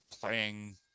playing